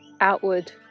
outward